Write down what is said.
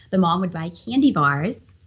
the mom would buy candy bars,